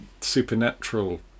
supernatural